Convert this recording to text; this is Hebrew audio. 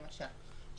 למשל,